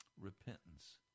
Repentance